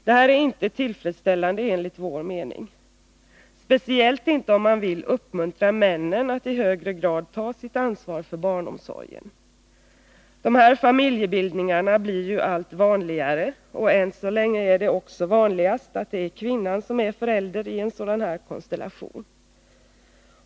Det här är enligt vår mening inte tillfredsställande — speciellt inte om man vill uppmuntra männen att i högre grad ta sitt ansvar för barnomsorgen. De här familjebildningarna blir juallt vanligare, och än så länge är det också vanligast att det är kvinnan som är förälder i en sådan här konstellation.